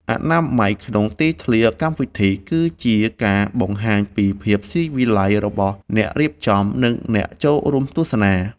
អនាម័យក្នុងទីធ្លាកម្មវិធីគឺជាការបង្ហាញពីភាពស៊ីវិល័យរបស់អ្នករៀបចំ និង អ្នកចូលរួមទស្សនា។